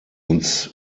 uns